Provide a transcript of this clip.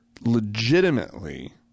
legitimately